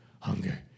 hunger